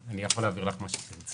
אני יכול להעביר לך מה שתרצי.